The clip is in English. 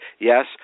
yes